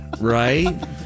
right